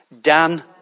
Dan